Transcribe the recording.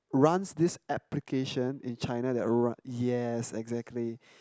runs this application in China that ru~ yes exactly